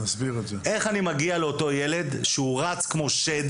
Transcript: איך אני מגיע לאותו ילד שהוא רץ כמו שד